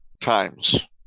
times